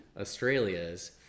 Australia's